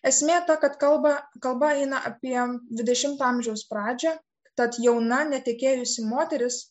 esmė ta kad kalba kalba eina apie dvidešimto amžiaus pradžią tad jauna netekėjusi moteris